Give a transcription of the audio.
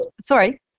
sorry